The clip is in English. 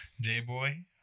J-Boy